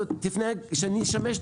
אני חושב שהוא גם מתחבר למה שאמרתי קודם.